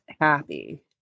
happy